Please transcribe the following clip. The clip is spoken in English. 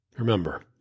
Remember